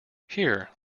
here